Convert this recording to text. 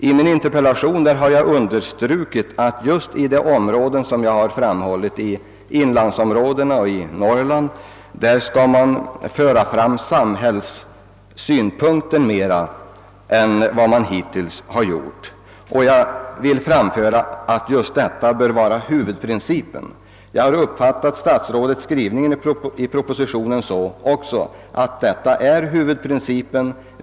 I min interpellation har jag understrukit att man just i Norrland, framför allt i dess inland, bör föra fram samhällssynpunkten mera än vad man hittills har gjort. Detta bör vara förenligt med huvudprincipen. Jag har uppfattat statsrådets skrivning i Ppropositionen på detta sätt.